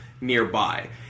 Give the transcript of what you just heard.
nearby